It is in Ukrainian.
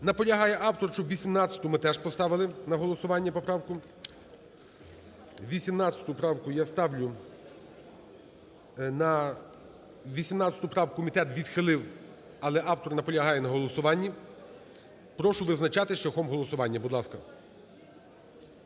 Наполягає автор, щоб 18-у ми теж поставили на голосування поправку. 18 правку я ставлю на… 18 правку комітет відхилив, але автор наполягає на голосуванні. Прошу визначатись шляхом голосування, будь ласка.